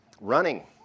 running